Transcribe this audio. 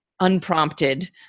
unprompted